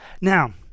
Now